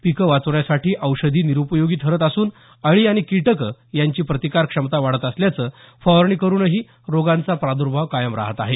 पिकं वाचवण्यासाठी औषधी निरूपयोगी ठरत असून अळी आणी किटक याची प्रतिकार क्षमता वाढत असल्यानं फवारणी करूनही रोगांचा प्रादर्भाव कायम राहत आहे